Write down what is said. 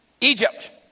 Egypt